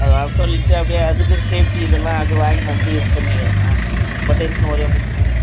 அதை வர சொல்லிவிட்டு அப்படியே அதுக்கும் சேஃப்டி இதெல்லாம் அது வாங்கிகின்னு வந்து இது பண்ணிடுறேன் கொட்டேஷனும் ஒரு